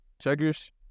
Checkers